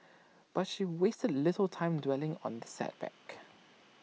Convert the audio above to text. but she wasted little time dwelling on the setback